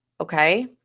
okay